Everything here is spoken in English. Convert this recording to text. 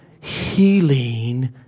healing